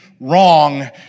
wrong